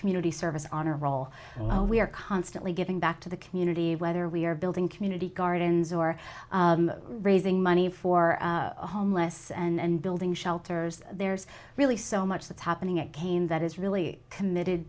community service honor roll we are constantly giving back to the community whether we are building community gardens or raising money for homeless and building shelters there's really so much that's happening again that is really committed